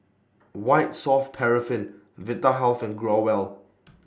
White Soft Paraffin Vitahealth and Growell